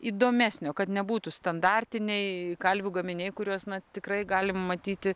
įdomesnio kad nebūtų standartiniai kalvių gaminiai kuriuos na tikrai galim matyti